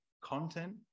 content